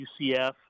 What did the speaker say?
UCF